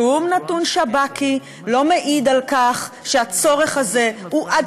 שום נתון שב"כי לא מעיד על כך שהצורך הזה הוא עד